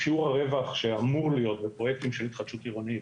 שרשור הרווח שאמור להיות בפרויקטים של התחדשות עירונית,